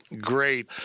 great